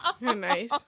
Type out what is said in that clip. Nice